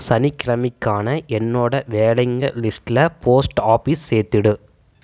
சனிக்கிழமைக்கான என்னோட வேலைங்க லிஸ்ட்டில் போஸ்ட் ஆஃபீஸ் சேர்த்துடு